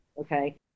okay